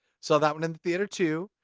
saw that one in the theater too.